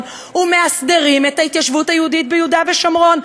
ומאסדרים את ההתיישבות היהודית ביהודה ושומרון.